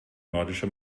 nordische